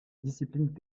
disciplines